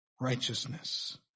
righteousness